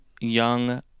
young